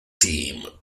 team